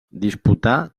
disputà